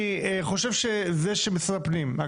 אני חושב שזה שמשרד הפנים לא מגיע זה אומר משהו על היחס,